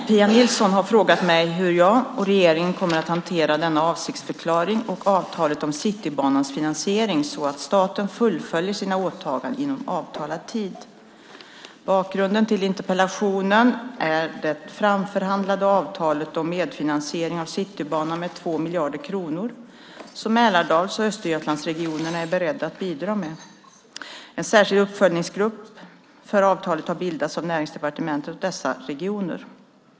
Fru talman! Pia Nilsson har frågat mig om hur jag och regeringen kommer att hantera denna avsiktsförklaring och avtalet om Citybanans finansiering så att staten fullföljer sina åtaganden inom avtalad tid. Bakgrunden till interpellationen är det framförhandlade avtalet om medfinansiering av Citybanan med 2 miljarder kronor som Mälardals och Östergötlandsregionerna är beredda att bidra med. En särskild uppföljningsgrupp för avtalet har bildats av Näringsdepartementet och dessa regioner.